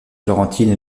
florentine